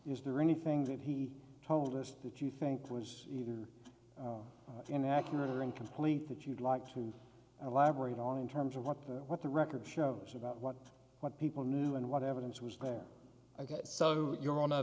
is there anything that he told us that you think was inaccurate or incomplete that you'd like to elaborate on in terms of what what the record shows about what what people knew and what evidence was there ok so you're on